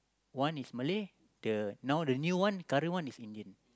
one is Malay the now the new one current one is Indian